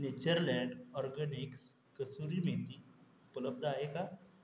Natureland Organics kasuri methi उपलब्ध आहे का